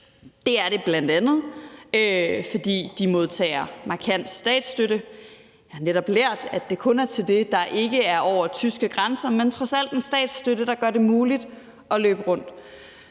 Det er de bl.a., fordi de modtager markant statsstøtte. Jeg er netop blevet bekendt med, at det kun gælder for ture, der ikke går over tyske grænser, men det er trods alt en statsstøtte, der gør det muligt at få det